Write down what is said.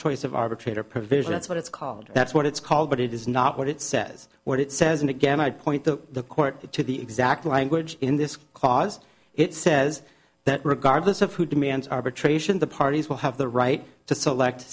choice of arbitrator provision that's what it's called that's what it's called but it is not what it says what it says and again i'd point the court to the exact language in this clause it says that regardless of who demands arbitration the parties will have the right to select